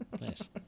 nice